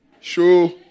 Sure